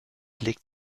legt